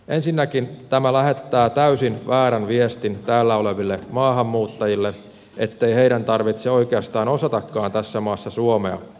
ensinnäkin tämä lähettää täysin väärän viestin täällä oleville maahanmuuttajille ettei heidän tarvitse oikeastaan osatakaan tässä maassa suomea